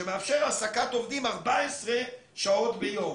שמאפשר העסקת כלל העובדים 14 שעות ביום.